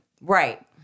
Right